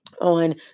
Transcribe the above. on